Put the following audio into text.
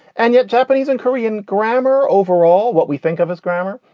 and yet japanese and korean grammar overall, what we think of as grammar,